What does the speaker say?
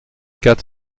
quatre